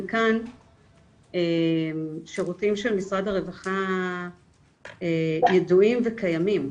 כאן שירותים של משרד הרווחה ידועים וקיימים,